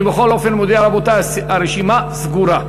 אני בכל אופן מודיע, רבותי, הרשימה סגורה.